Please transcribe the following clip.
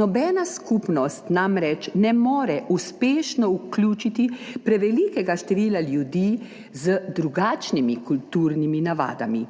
Nobena skupnost namreč ne more uspešno vključiti prevelikega števila ljudi z drugačnimi kulturnimi navadami.